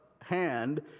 hand